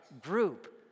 group